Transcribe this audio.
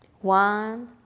one